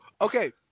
Okay